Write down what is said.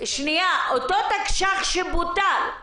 אותו תקש"ח שבוטל.